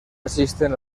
asisten